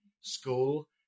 school